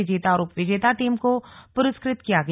विजेता और उपविजेता टीम को प्रस्कृत किया गया